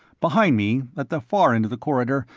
behind me, at the far end of the corridor,